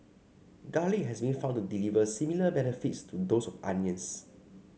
garlic has been found to deliver similar benefits to those of onions